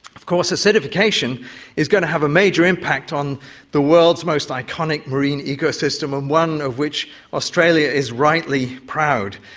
of course acidification is going to have a major impact on the world's most iconic green ecosystem and one of which australia is rightly proud.